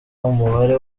n’umubare